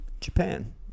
Japan